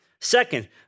second